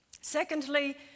Secondly